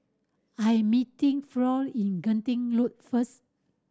I am meeting Floyd in Genting Road first